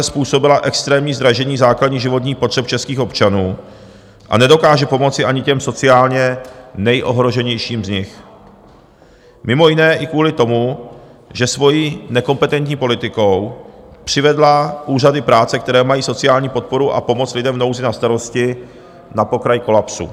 Vláda pětikoalice způsobila extrémní zdražení základních životních potřeb českých občanů a nedokáže pomoci ani těm sociálně nejohroženějším z nich, mimo jiné i kvůli tomu, že svojí nekompetentní politikou přivedla úřady práce, které mají sociální podporu a pomoc lidem v nouzi na starosti, na pokraj kolapsu.